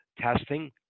testing